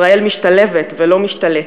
ישראל משתלבת ולא משתלטת,